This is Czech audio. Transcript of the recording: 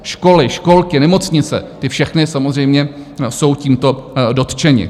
Školy, školky, nemocnice, ty všechny samozřejmě jsou tímto dotčeny.